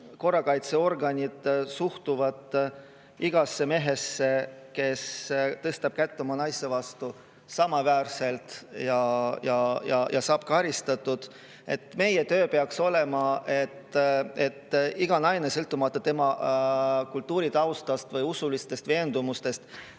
korrakaitseorganid suhtuvad igasse mehesse, kes tõstab oma naise vastu kätt, samaväärselt ja ta saab karistatud. Meie töö peaks olema selline, et iga naine, sõltumata tema kultuuritaustast või usulistest veendumustest,